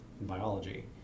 biology